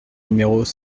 numéros